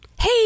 Hey